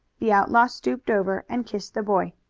the outlaw stooped over and kissed the boy.